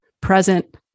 present